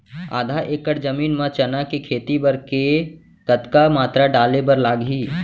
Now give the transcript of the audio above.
आधा एकड़ जमीन मा चना के खेती बर के कतका मात्रा डाले बर लागही?